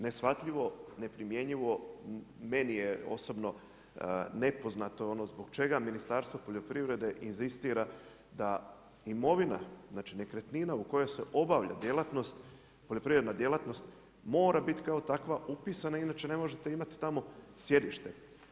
Neshvatljivo, neprimjenjivo, meni je osobno nepoznato zbog čega Ministarstvo poljoprivrede inzistira da imovina, znači nekretnina u kojoj se obavlja poljoprivredna djelatnost mora biti kao takva upisana inače ne možete imati tamo sjedište.